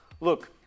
Look